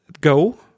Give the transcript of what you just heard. go